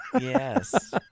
Yes